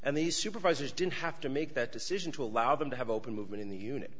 and these supervisors didn't have to make that decision to allow them to have open movement in the unit